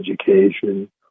education